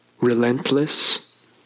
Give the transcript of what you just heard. Relentless